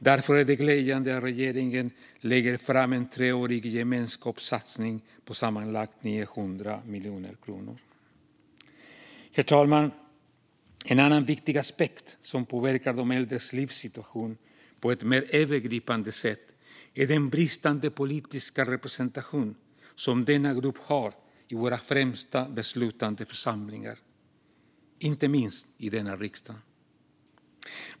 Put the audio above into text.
Därför är det glädjande att regeringen lägger fram en treårig gemenskapssatsning på sammanlagt 900 miljoner kronor. Herr talman! En annan viktig aspekt som påverkar de äldres livssituation på ett mer övergripande sätt är den bristande politiska representation som denna grupp har i våra främsta beslutande församlingar, inte minst i denna riksdag.